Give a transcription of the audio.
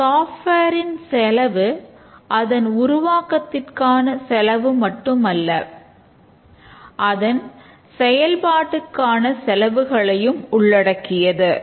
ஒரு சாஃப்ட்வேர் ன் செலவு அதன் உருவாக்கத்திற்கான செலவு மட்டுமல்ல அதன் செயல்பாட்டுக்கான செலவுகளையும் உள்ளடக்கியது